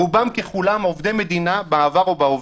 רובם ככולם עובדי מדינה בעבר או בהווה.